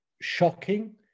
shocking